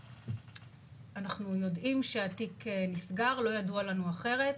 אנחנו יודעים שהתיק נסגר, לא ידוע לנו אחרת.